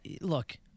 look